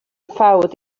ffawd